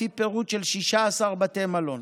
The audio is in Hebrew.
לפי פירוט של 16 בתי מלון.